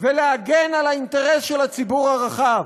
ולהגן על האינטרס של הציבור הרחב.